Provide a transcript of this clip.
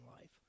life